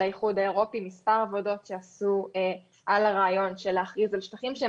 ואני שמחה לראות: אין התייחסות לרעש שמחלחל אל השטחים הציבוריים,